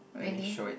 really